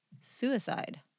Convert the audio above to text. suicide